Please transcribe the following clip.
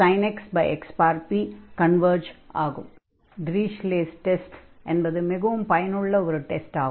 ஆகையால் Dirichlet's test Dirichlet's test என்பது மிகவும் பயனுள்ள ஒரு டெஸ்ட் ஆகும்